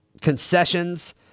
concessions